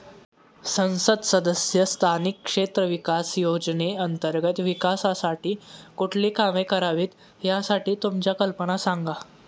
संसद सदस्य स्थानिक क्षेत्र विकास योजने अंतर्गत विकासासाठी कुठली कामे करावीत, यासाठी तुमच्या कल्पना सांगा